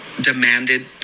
demanded